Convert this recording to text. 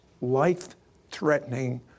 life-threatening